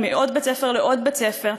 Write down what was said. מעוד בית-ספר לעוד בית-ספר,